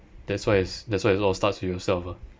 that's why is that's why it all starts with yourself ah